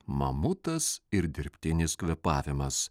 mamutas ir dirbtinis kvėpavimas